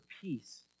peace